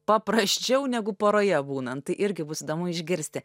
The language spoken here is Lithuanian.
paprasčiau negu poroje būnant tai irgi bus įdomu išgirsti